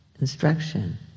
instruction